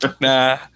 Nah